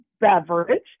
beverage